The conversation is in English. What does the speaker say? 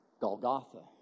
Golgotha